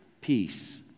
peace